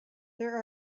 there